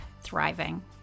thriving